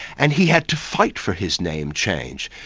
and he had to fight for his name change.